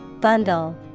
Bundle